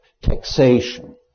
taxation